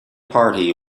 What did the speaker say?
party